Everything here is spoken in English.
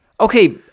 okay